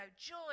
joy